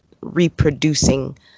reproducing